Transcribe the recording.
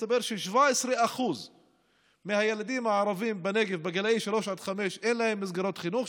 מסתבר של-17% מהילדים הערבים בנגב בגילאי שלוש עד חמש אין מסגרות חינוך,